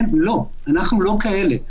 לא, אנחנו לא כאלה.